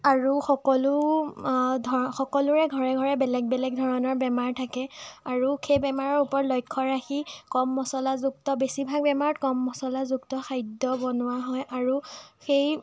আৰু সকলো ধ সকলোৰে ঘৰে ঘৰে বেলেগ বেলেগ ধৰণৰ বেমাৰ থাকে আৰু সেই বেমাৰৰ ওপৰত লক্ষ্য ৰাখি কম মছলাযুক্ত বেছিভাগ বেমাৰত কম মছলাযুক্ত খাদ্য বনোৱা হয় আৰু সেই